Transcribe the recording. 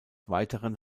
weiteren